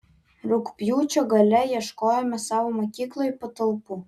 rugpjūčio gale ieškojome savo mokyklai patalpų